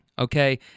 okay